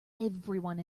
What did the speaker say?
everyone